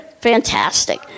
Fantastic